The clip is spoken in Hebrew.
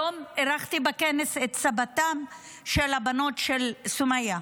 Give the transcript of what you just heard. היום אירחתי בכנס את סבתן של הבנות של סומיה,